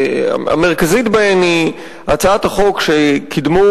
והמרכזית בהן היא הצעת החוק שקידמו